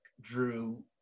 Drew